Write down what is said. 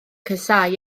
casáu